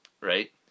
right